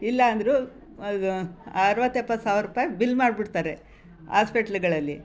ಇಲ್ಲ ಅಂದರೂ ಅರವತ್ತು ಎಪ್ಪತ್ತು ಸಾವಿರ ರೂಪಾಯಿ ಬಿಲ್ ಮಾಡ್ಬಿಡ್ತಾರೆ ಹಾಸ್ಪಿಟ್ಲುಗಳಲ್ಲಿ